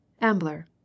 Ambler